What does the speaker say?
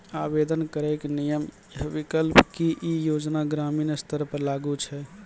आवेदन करैक नियम आ विकल्प? की ई योजना ग्रामीण स्तर पर लागू छै?